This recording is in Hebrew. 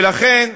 ולכן,